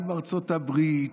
עם ארצות הברית,